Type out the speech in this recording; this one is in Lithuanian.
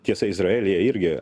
tiesa izraelyje irgi